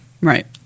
Right